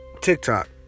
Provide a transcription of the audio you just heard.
TikTok